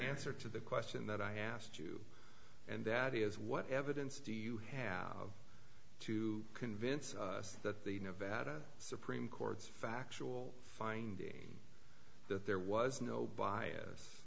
answer to the question that i asked you and that is what evidence do you have to convince us that the nevada supreme court's factual finding that there was no bias